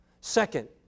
Second